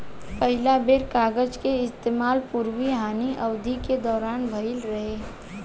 पहिला बेर कागज के इस्तेमाल पूर्वी हान अवधि के दौरान भईल रहे